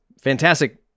Fantastic